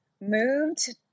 moved